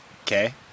Okay